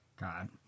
God